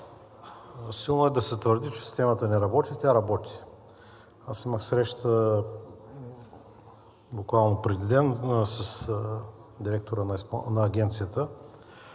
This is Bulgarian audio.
силно е да се твърди, че системата не работи, тя работи. Аз имах среща буквално преди ден с директора на Агенцията